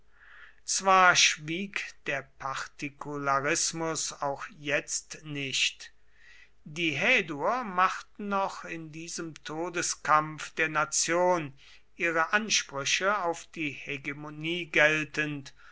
zwar schwieg der partikularismus auch jetzt nicht die häduer machten noch in diesem todeskampf der nation ihre ansprüche auf die hegemonie geltend